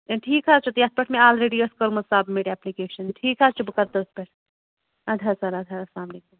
ٹھیٖک حظ چھُ یَتھ پٮ۪ٹھ مےٚ آلریڈی ٲسۍ کٔرمٕژ سَبمِٹ ایٚپلِکیشَن ٹھیٖک حظ چھُ بہٕ کَرٕ تٔتھۍ پٮ۪ٹھ اَدٕ حظ سَر اَدٕ حظ السلامُ علیکُم